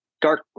dark